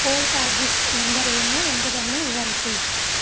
poltergeist ಎಂದರೇನು ಎಂಬುದನ್ನು ವಿವರಿಸಿ